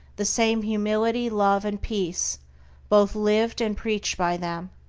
the same humility, love, and peace both lived and preached by them.